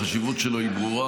החשיבות שלו היא ברורה,